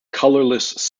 colourless